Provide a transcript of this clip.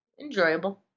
enjoyable